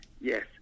Yes